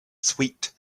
sweet